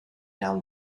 down